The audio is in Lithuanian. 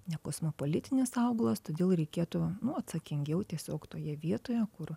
ne kosmopolitinis augalas todėl reikėtų nu atsakingiau tiesiog toje vietoje kur